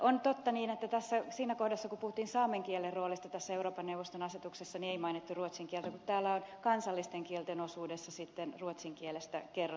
on totta että siinä kohdassa kun puhuttiin saamen kielen roolista tässä euroopan neuvoston asetuksessa ei mainittu ruotsin kieltä mutta täällä on kansallisten kielten osuudessa sitten ruotsin kielestä kerrottu